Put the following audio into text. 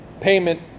payment